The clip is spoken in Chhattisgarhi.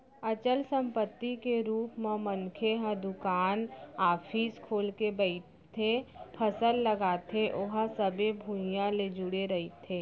अचल संपत्ति के रुप म मनखे ह दुकान, ऑफिस खोल के बइठथे, फसल लगाथे ओहा सबे भुइयाँ ले जुड़े रहिथे